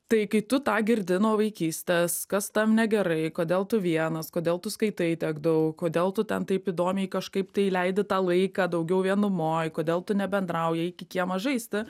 tai kai tu tą girdi nuo vaikystės kas tam negerai kodėl tu vienas kodėl tu skaitai tiek daug kodėl tu ten taip įdomiai kažkaip tai leidi tą laiką daugiau vienumoj kodėl tu nebendrauji eik į kiemą žaisti